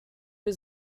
was